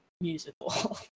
musical